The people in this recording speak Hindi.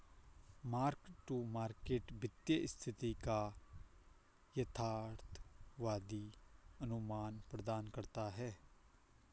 मार्क टू मार्केट वित्तीय स्थिति का यथार्थवादी अनुमान प्रदान करता है